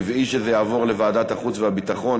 זה כאילו טבעי שזה יעבור לוועדת החוץ והביטחון.